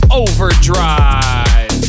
overdrive